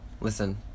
Listen